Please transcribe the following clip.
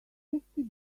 fifty